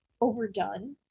overdone